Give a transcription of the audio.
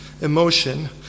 emotion